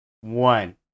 one